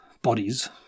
bodies